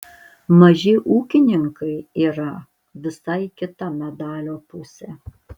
maži ūkininkai yra visai kita medalio pusė